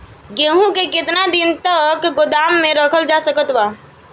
गेहूँ के केतना दिन तक गोदाम मे रखल जा सकत बा?